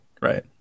right